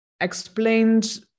explained